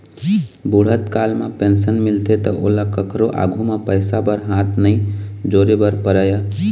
बूढ़त काल म पेंशन मिलथे त ओला कखरो आघु म पइसा बर हाथ नइ जोरे बर परय